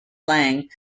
lang